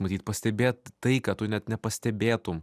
matyt pastebėt tai ką tu net nepastebėtum